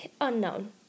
unknown